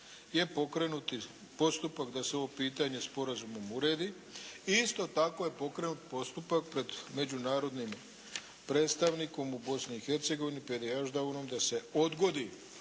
je pokrenuti postupak da se ovo pitanje sporazumom uredi i isto tako je pokrenut postupak pred međunarodnim predstavnikom u Bosni